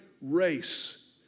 Race